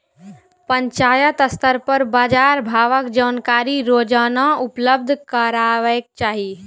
पंचायत स्तर पर बाजार भावक जानकारी रोजाना उपलब्ध करैवाक चाही?